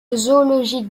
zoologique